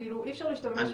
אי אפשר להשתמש בו.